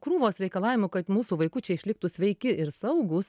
krūvos reikalavimų kad mūsų vaikučiai išliktų sveiki ir saugūs